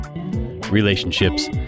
Relationships